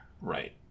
Right